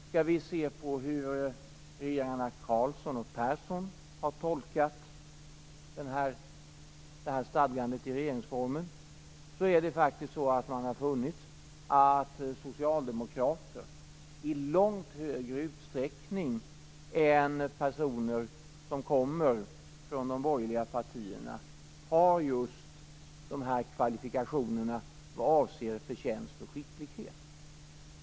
Om vi skall se på hur regeringarna Carlsson och Persson har tolkat detta stadgande i regeringsformen har de funnit att socialdemokrater i långt större utsträckning än personer som kommer från de borgerliga partierna har just de kvalifikationer som avser förtjänst och skicklighet.